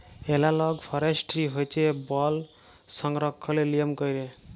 এলালগ forestry হছে বল সংরক্ষলের লিয়ম ক্যইরে